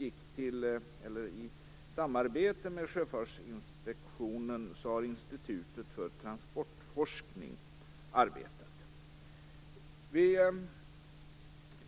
I detta arbete har även Institutet för transportforskning medverkat. Vi